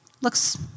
Looks